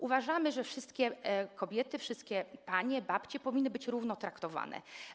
Uważamy, że wszystkie kobiety, wszystkie panie, babcie, powinny być równo traktowane.